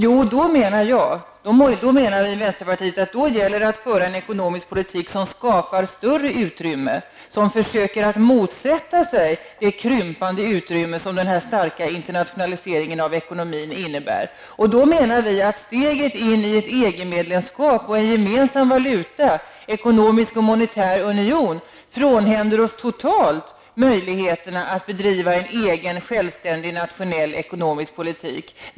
Vi i vänsterpartiet menar att det då gäller att föra en ekonomisk politik som skapar större utrymme och som försöker motsätta sig den krymning av utrymmet som den starka internationaliseringen av ekonomin innebär. Steget in i ett EG-medlemskap med gemensam valuta och en, ekonomisk och monetär union frånhänder oss totalt möjligheterna att bedriva en självständig nationell ekonomisk politik.